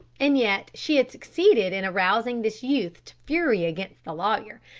and yet she had succeeded in arousing this youth to fury against the lawyer,